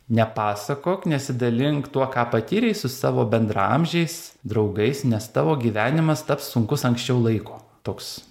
nepasakok nesidalink tuo ką patyrei su savo bendraamžiais draugais nes tavo gyvenimas taps sunkus anksčiau laiko toks